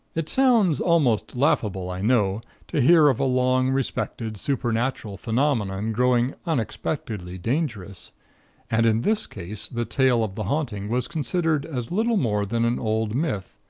it sounds almost laughable, i know, to hear of a long-respected supernatural phenomenon growing unexpectedly dangerous and in this case, the tale of the haunting was considered as little more than an old myth,